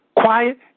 Quiet